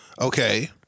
Okay